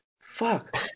Fuck